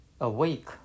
awake